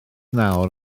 nawr